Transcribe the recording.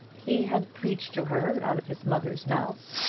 he had preached to her out of his mother's mouth.